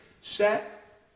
set